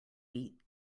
beat